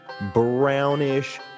brownish